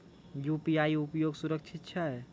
UPI उपयोग सुरक्षित छै?